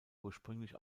ursprünglich